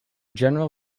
general